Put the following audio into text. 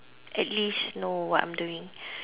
at least know what I'm doing